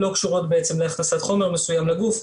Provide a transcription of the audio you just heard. לא קשורות להכנסת חומר מסוים לגוף,